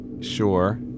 Sure